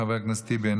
חבר הכנסת טיבי,